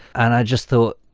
and i just thought,